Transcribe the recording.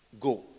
go